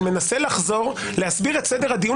בפעם החמישית אני מנסה לחזור להסביר את סדר הדיון,